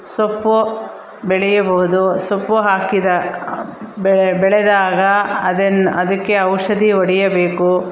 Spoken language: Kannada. ಸೊಪ್ಪು ಬೆಳೆಯಬೌದು ಸೊಪ್ಪು ಹಾಕಿದ ಬೆಳೆ ಬೆಳೆದಾಗ ಅದನ್ನ ಅದಕ್ಕೆ ಔಷಧಿ ಹೊಡಿಯಬೇಕು